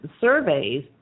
surveys